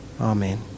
Amen